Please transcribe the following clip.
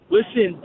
Listen